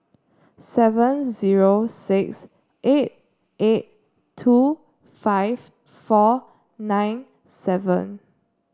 seven zero six eight eight two five four nine seven